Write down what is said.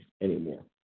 anymore